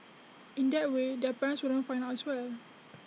in that way their parents wouldn't find out as well